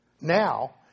Now